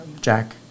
Jack